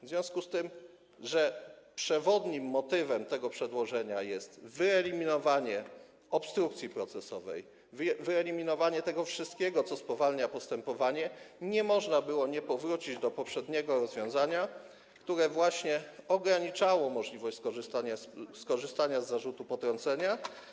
W związku z tym, że przewodnim motywem tego przedłożenia jest wyeliminowanie obstrukcji procesowej, wyeliminowanie tego wszystkiego, co spowalnia postępowanie, nie można było nie powrócić do poprzedniego rozwiązania, które właśnie ograniczało możliwość skorzystania z zarzutu potrącenia.